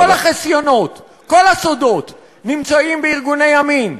כל החסיונות, כל הסודות, נמצאים בארגוני ימין.